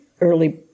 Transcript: early